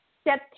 Step